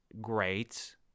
great